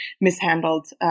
mishandled